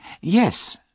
Yes